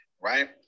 right